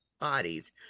bodies